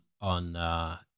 on